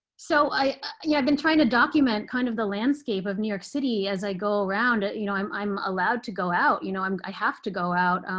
so i yeah have been trying to document kind of the landscape of new york city as i go around. you know i'm i'm allowed to go out. you know i have to go out.